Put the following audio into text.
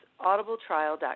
audibletrial.com